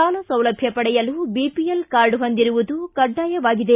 ಸಾಲ ಸೌಲಭ್ಯ ಪಡೆಯಲು ಬಿಪಿಎಲ್ ಕಾರ್ಡ್ ಹೊಂದಿರುವುದು ಕಡ್ಡಾಯವಾಗಿದೆ